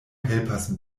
helpas